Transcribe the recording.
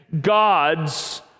God's